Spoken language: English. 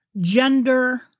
gender